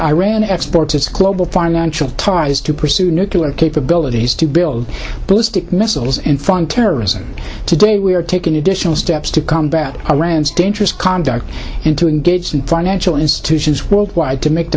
iran exports its global financial ties to pursue nuclear capabilities to build ballistic missiles in front terrorism today we are taking additional steps to combat iran's dangerous conduct into engage in financial institutions worldwide to make the